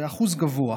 זה אחוז גבוה.